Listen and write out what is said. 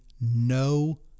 no